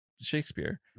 Shakespeare